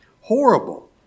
horrible